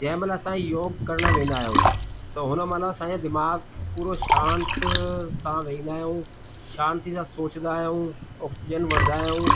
जंहिं महिल असां योग करण वेंदा आहियूं त हुन महिल असांजो दीमाग़ु पूरो शांति सां वेहींदा आहियूं शांती सां सोचिंदा आहियूं ऑक्सीजन वठंदा आहियूं